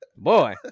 boy